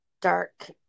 dark